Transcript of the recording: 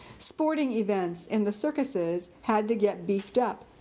sporting events in the circuses had to get beefed up.